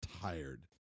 tired